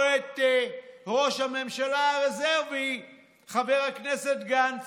או את ראש הממשלה הרזרבי חבר הכנסת גנץ.